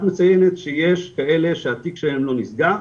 מציינת שיש כאלה שהתיק שלהם לא נסגר,